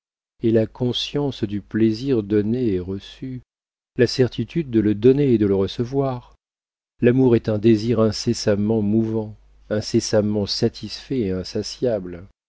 est la conscience du plaisir donné et reçu la certitude de le donner et de le recevoir l'amour est un désir incessamment mouvant incessamment satisfait et insatiable